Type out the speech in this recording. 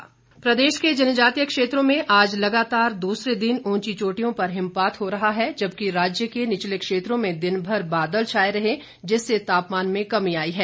मौसम प्रदेश के जनजातीय क्षेत्रों में आज लगातार दूसरे दिन उंची चोटियों पर हिमपात हो रहा है जबकि राज्य के निचले क्षेत्रों में दिनभर बादल छाए रहे जिससे तापमान में कमी आई है